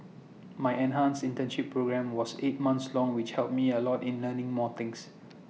my enhanced internship programme was eight months long which helped me A lot in learning more things